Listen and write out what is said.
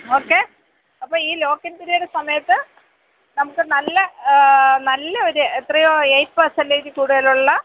okay അപ്പോൾ ഈ locking period സമയത്ത് നമുക്ക് നല്ല നല്ല ഒരു എത്രയോ എയിറ്റ് പേസന്റേജ് കൂടുതലുള്ള